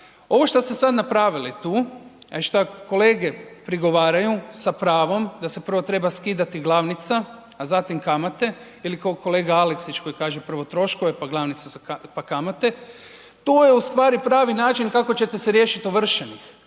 Ovo šta ste sad napravili tu, a šta kolege prigovaraju sa pravom da se prvo treba skidati glavnica, a zatim kamate ili kao kolega Aleksić koji kaže prvo troškove, pa kamate, to je ustvari pravi način kako ćete se riješiti ovršenih.